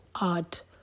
art